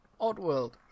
Oddworld